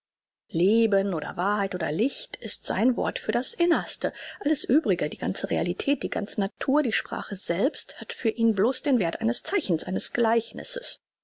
leben oder wahrheit oder licht ist sein wort für das innerste alles übrige die ganze realität die ganze natur die sprache selbst hat für ihn bloß den werth eines zeichens eines gleichnisses